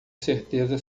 certeza